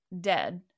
dead